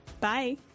Bye